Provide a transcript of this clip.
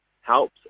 helps